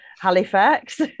Halifax